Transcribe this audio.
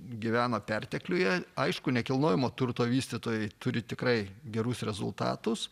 gyvena pertekliuje aišku nekilnojamo turto vystytojai turi tikrai gerus rezultatus